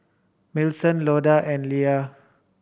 Millicent Loda and Leia